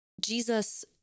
Jesus